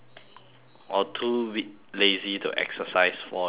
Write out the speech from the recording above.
or too weak lazy to exercise for dragon boat